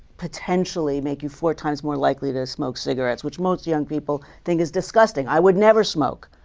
potentially make you four times more likely to smoke cigarettes which most young people think is disgusting. i would never smoke,